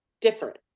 different